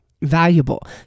valuable